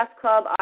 Club